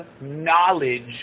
knowledge